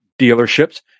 dealerships